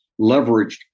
leveraged